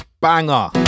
Banger